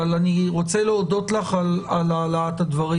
אבל אני רוצה להודות לך על העלאת הדברים.